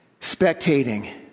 Spectating